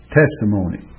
testimony